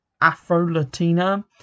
Afro-Latina